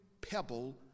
pebble